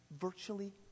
virtually